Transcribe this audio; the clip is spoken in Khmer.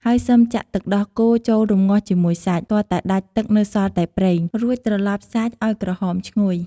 ហើយសិមចាក់ទឹកដោះគោចូលរម្ងាស់ជាមួយសាច់ ទាល់តែដាច់ទឹកនៅសល់តែប្រេង រួចត្រលប់សាច់ឱ្យក្រហមឈ្ងុយ។